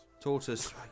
Tortoise